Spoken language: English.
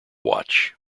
watch